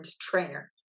trainer